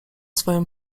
swoją